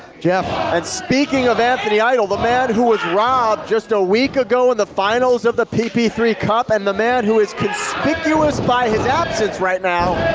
jeff and speaking of anthony idol. the man who was robbed just a week ago in the finals of p p three cup. and the man who is conspicuous by his absence right now.